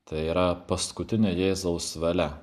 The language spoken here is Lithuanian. tai yra paskutinė jėzaus valia